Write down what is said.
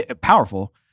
powerful